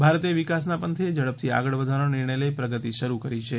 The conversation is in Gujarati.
ભારતે વિકાસના પંથે ઝડપથી આગળ વધવાનો નિર્ણય લઇ પ્રગતિ શરૂ કરી છે